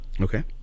Okay